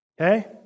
Okay